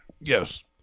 Yes